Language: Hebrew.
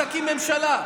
תקים ממשלה.